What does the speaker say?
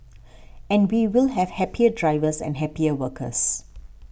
and we will have happier drivers and happier workers